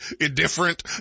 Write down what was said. indifferent